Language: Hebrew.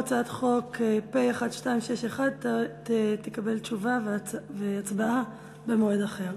הצעת חוק פ/1261 תקבל תשובה והצבעה במועד אחר.